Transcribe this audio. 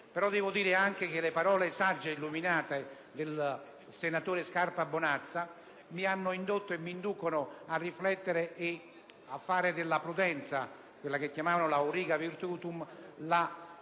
però anche dire che le parole, sagge e illuminate, del senatore Scarpa Bonazza Buora mi hanno indotto e mi inducono a riflettere e a fare della prudenza, quella che gli antichi chiamavano *auriga virtutum,* la